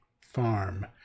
farm